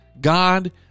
God